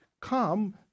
come